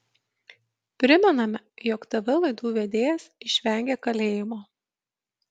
primename jog tv laidų vedėjas išvengė kalėjimo